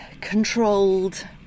controlled